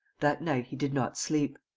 that night he did not sleep.